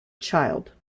child